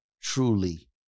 truly